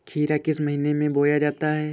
खीरा किस महीने में बोया जाता है?